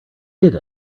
did